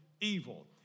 evil